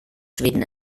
schweden